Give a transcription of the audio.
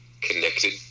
connected